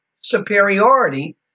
superiority